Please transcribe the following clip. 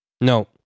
No